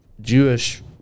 Jewish